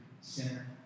sinner